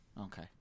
Okay